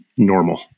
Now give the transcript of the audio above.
Normal